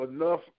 enough